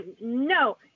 no